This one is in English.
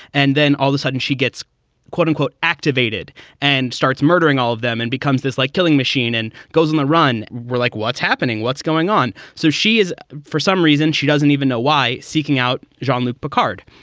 and then all the sudden she gets quote unquote activated and starts murdering all of them and becomes this like killing machine and goes on the run. we're like, what's happening? what's going on? so she is for some reason, she doesn't even know why seeking out jean-luc picard.